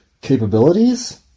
capabilities